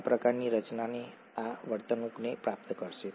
આ પ્રકારની રચના આ વર્તણૂકને પ્રાપ્ત કરશે